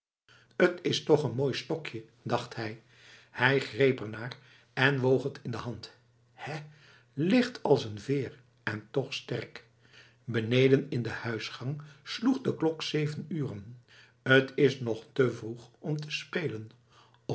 t is toch een mooi stokje dacht hij hij greep er naar en woog het in de hand hè licht als een veer en toch sterk beneden in de huisgang sloeg de klok zeven uren t is nog te vroeg om te spelen